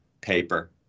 paper